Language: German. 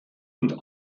und